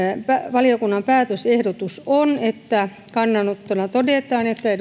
valiokunnan päätösehdotus on että kannanottona todetaan että